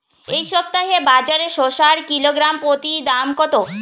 এই সপ্তাহে বাজারে শসার কিলোগ্রাম প্রতি দাম কত?